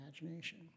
imagination